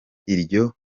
iryo